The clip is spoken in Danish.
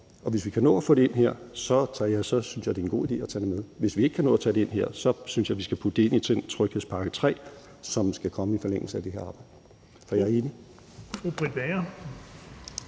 og hvis vi kan nå at få det ind her, synes jeg, det er en god idé at tage det med. Hvis vi ikke kan nå at tage det ind her, synes jeg, vi skal putte det ind i den tredje tryghedspakke, som skal komme i forlængelse af det her arbejde.